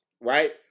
right